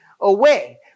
away